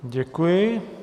Děkuji.